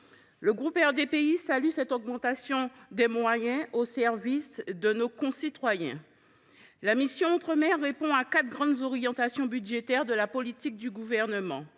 et indépendants salue cette augmentation des moyens au service de nos concitoyens. La mission « Outre mer » répond à quatre grandes orientations budgétaires de la politique du Gouvernement.